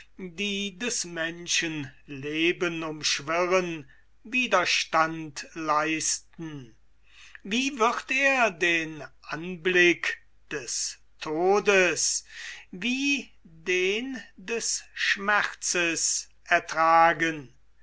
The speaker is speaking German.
die des menschen leben umschwirren widerstand leisten wie wird er den anblick des todes wie den des schmerzes ertragen